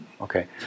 Okay